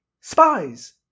Spies